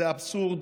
זה אבסורד,